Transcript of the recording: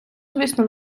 звісно